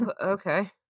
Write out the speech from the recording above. okay